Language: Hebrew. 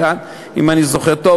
אם אני זוכר טוב,